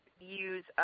use